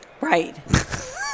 Right